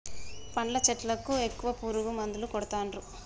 పండ్ల చెట్లకు ఎక్కువ పురుగు మందులు కొడుతాన్రు